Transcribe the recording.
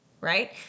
right